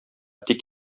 тик